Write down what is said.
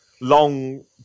long